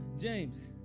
James